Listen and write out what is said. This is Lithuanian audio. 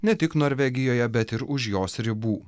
ne tik norvegijoje bet ir už jos ribų